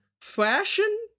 Fashion